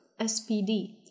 SPD